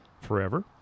forever